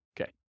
Okay